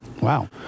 Wow